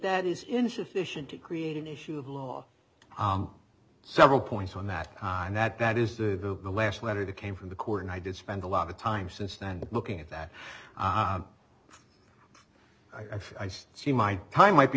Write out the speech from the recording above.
that is insufficient to create an issue of law several points on that and that that is the last letter that came from the court and i did spend a lot of time since then looking at that i've seen my time might be